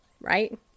right